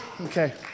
okay